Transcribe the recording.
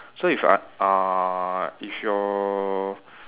so if uh uh if your